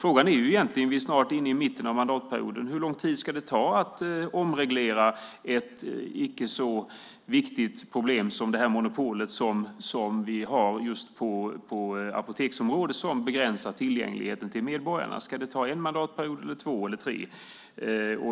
Vi är snart inne i mitten av mandatperioden, och frågan är: Hur lång tid ska det ta att omreglera ett så viktigt problem som det monopol vi har just på apoteksområdet som begränsar tillgängligheten för medborgarna? Ska det ta en mandatperiod eller två eller tre?